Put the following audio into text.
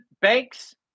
banks